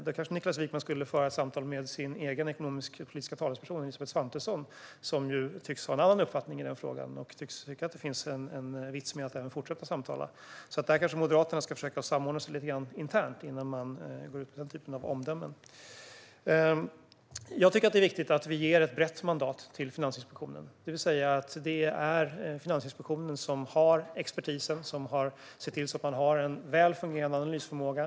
Då kanske Niklas Wykman borde föra ett samtal med sin egen ekonomisk-politiska talesperson Elisabeth Svantesson, som tycks ha en annan uppfattning i frågan och verkar tycka att det finns en vits med att även fortsätta att samtala. Där kanske Moderaterna borde försöka att samordna sig lite grann internt innan man går ut med denna typ av omdömen. Jag tycker att det är viktigt att vi ger ett brett mandat till Finansinspektionen, det vill säga att det är Finansinspektionen som har expertisen och som har sett till att man har en väl fungerande analysförmåga.